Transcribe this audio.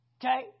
Okay